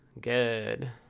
Good